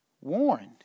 warned